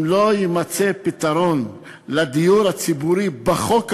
אם לא יימצא פתרון לדיור הציבורי בחוק הזה,